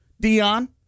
Dion